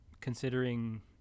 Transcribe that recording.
considering